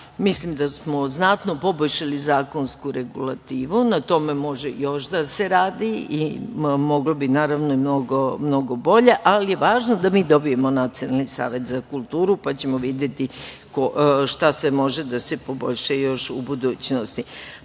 Mislim da smo znatno poboljšali zakonsku regulativu. Na tome može još da se radi i moglo bi, naravno i mnogo bolja, ali je važno da mi dobijemo Nacionalni savet za kulturu, pa ćemo videti šta sve može da se poboljša još u